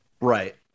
Right